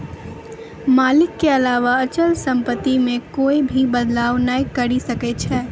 मालिक के अलावा अचल सम्पत्ति मे कोए भी बदलाव नै करी सकै छै